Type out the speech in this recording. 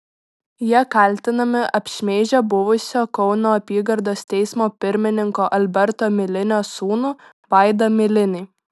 jie kaltinami apšmeižę buvusio kauno apygardos teismo pirmininko alberto milinio sūnų vaidą milinį